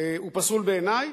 הוא פסול בעיני,